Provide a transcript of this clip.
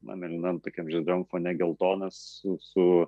na mėlynam tokiam žydram fone geltonas su su